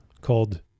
called